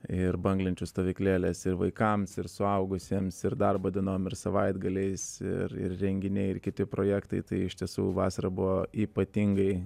ir banglenčių stovyklėlės ir vaikams ir suaugusiems ir darbo dienom ir savaitgaliais ir ir renginiai ir kiti projektai tai iš tiesų vasarą buvo ypatingai